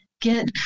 get